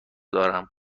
دارم